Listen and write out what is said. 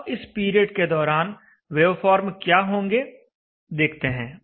अब इस पीरियड के दौरान वेवफॉर्म क्या होंगे देखते हैं